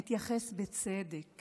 אתייחס בצדק